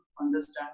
understand